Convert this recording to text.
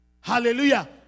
Hallelujah